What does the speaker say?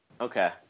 Okay